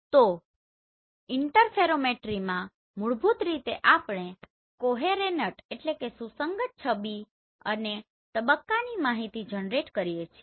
તો ઇંટરફેરોમેટરીમાં મૂળભૂત રીતે આપણે કોહેરેનટCoherentસુસંગત છબી અને તબક્કાની માહિતી જનરેટ કરીએ છીએ